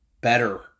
better